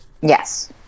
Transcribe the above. Yes